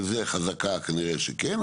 שזה חזקה כנראה שכן,